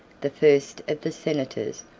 the first of the senators,